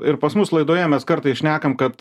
ir pas mus laidoje mes kartais šnekam kad